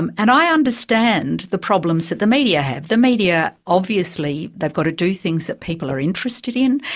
um and i understand the problems that the media have, the media obviously, they've got to do things that people are interested in,